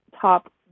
top